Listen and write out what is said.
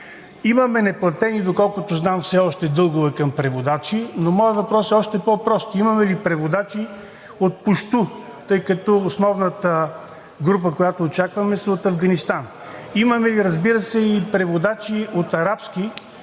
имаме неплатени дългове към преводачи, но моят въпрос е още по-прост: имаме ли преводачи от пущу, тъй като основната група, която очакваме, е от Афганистан? Имаме ли, разбира се, преводачи от арабски